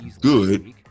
good